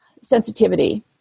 sensitivity